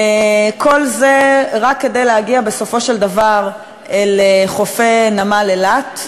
וכל זה רק כדי להגיע בסופו של דבר אל חופי נמל אילת,